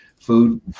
food